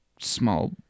small